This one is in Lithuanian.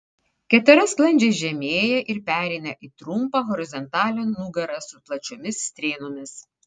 ketera sklandžiai žemėja ir pereina į trumpą horizontalią nugarą su plačiomis strėnomis